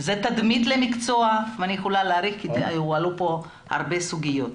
זאת תדמית למקצוע ואני יכולה להאריך כי הועלו כאן הרבה סוגיות.